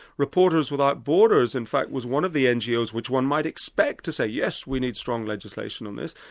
reporters without borders in fact was one of the ngo's which one might expect to say, yes, we need strong legislation on this'.